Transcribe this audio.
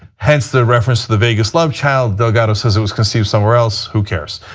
hence the reference to the vegas love child. delgado says it was conceived somewhere else. who cares.